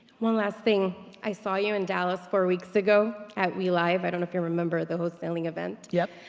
one last thing. i saw you in dallas four weeks ago at we live, i don't know if you remember the wholesaling event. yup.